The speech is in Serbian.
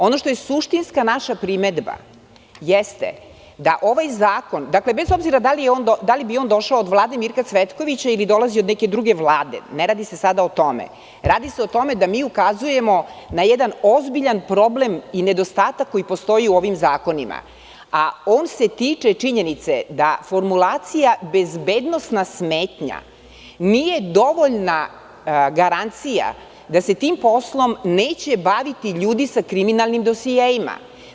Ono što je naša suštinska primedba jeste da ovaj zakon, dakle, bez obzira da li bi on došao od Vlade Mirka Cvetkovića ili dolazi od neke druge Vlade, ne radi se sada o tome, radi se o tome da mi ukazujemo na jedan ozbiljan problem i nedostatak koji postoji u ovim zakonima a on se tiče činjenice da formulacija - bezbednosna smetnja nije dovoljna garancija da se tim poslom neće baviti ljudi sa kriminalnim dosijeima.